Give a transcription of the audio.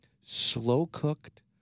slow-cooked